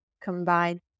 combine